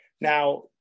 Now